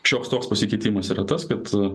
šioks toks pasikeitimas yra tas kad